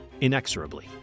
inexorably